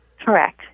Correct